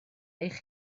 eich